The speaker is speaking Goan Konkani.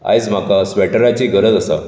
आयज म्हाका स्वॅटराची गरज आसा